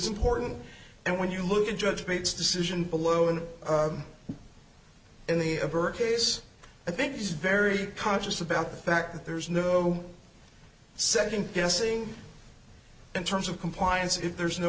important and when you look at judge made its decision below and in the of her case i think it's very conscious about the fact that there's no second guessing in terms of compliance if there's no